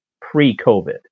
pre-COVID